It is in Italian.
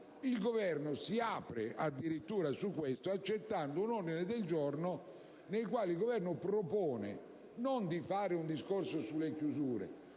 Il Governo si apre addirittura su questo, accogliendo un ordine del giorno con cui propone, non di fare un discorso sulle chiusure,